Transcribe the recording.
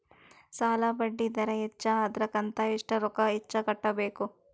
ಸಾಲಾ ಬಡ್ಡಿ ದರ ಹೆಚ್ಚ ಆದ್ರ ಕಂತ ಎಷ್ಟ ರೊಕ್ಕ ಹೆಚ್ಚ ಕಟ್ಟಬೇಕು?